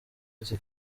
ati